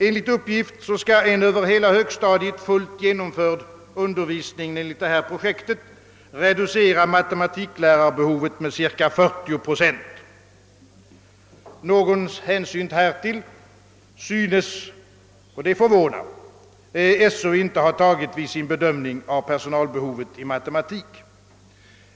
Enligt uppgift skall en över hela högstadiet fullt genomförd undervisning enligt detta projekt reducera matematiklärarbehovet med cirka 40 procent. Någon hänsyn härtill synes — och det förvånar — Sö inte ha tagit vid sin bedömning av personalbehovet i matematik.